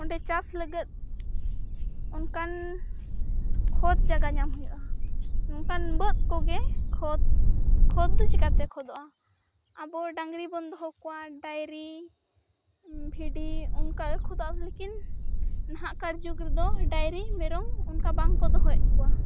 ᱚᱸᱰᱮ ᱪᱟᱥ ᱞᱟᱹᱜᱤᱫ ᱚᱱᱠᱟᱱ ᱠᱷᱳᱫᱽ ᱡᱟᱜᱟ ᱧᱟᱢ ᱦᱩᱭᱩᱜᱼᱟ ᱚᱱᱠᱟᱱ ᱵᱟᱹᱫᱽ ᱠᱚᱜᱮ ᱠᱷᱳᱫᱽ ᱠᱷᱳᱫᱽ ᱫᱚ ᱪᱮᱠᱟᱛᱮ ᱠᱷᱳᱫᱚᱜᱼᱟ ᱟᱵᱚ ᱰᱟᱝᱨᱤᱵᱚᱱ ᱫᱚᱦᱚ ᱠᱚᱣᱟ ᱰᱟᱭᱨᱤ ᱵᱷᱤᱰᱤ ᱚᱱᱠᱟᱜᱮ ᱠᱷᱳᱫᱚᱜᱼᱟ ᱞᱮᱠᱤᱱ ᱱᱟᱦᱟᱜᱠᱟᱨ ᱡᱩᱜᱽᱨᱮᱫᱚ ᱰᱟᱭᱨᱤ ᱢᱮᱨᱚᱢ ᱚᱱᱠᱟ ᱵᱟᱝᱠᱚ ᱫᱚᱦᱚᱭᱮᱫ ᱠᱚᱣᱟ